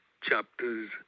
chapters